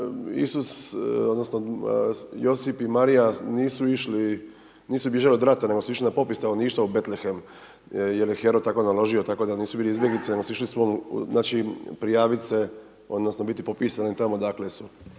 Isus odnosno Josip i Marija nisu bježali od rata nego su išli na popis stanovništva jer im je Neron tako naložio, tako da nisu bili izbjeglice nego su išli znači prijavit se odnosno biti popisani tamo odakle su.